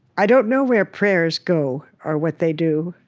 i don't know where prayers go, or what they do.